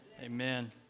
Amen